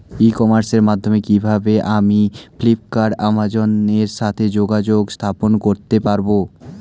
ই কমার্সের মাধ্যমে কিভাবে আমি ফ্লিপকার্ট অ্যামাজন এর সাথে যোগাযোগ স্থাপন করতে পারব?